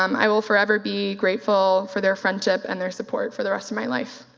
um i will forever be grateful for their friendship and their support for the rest of my life.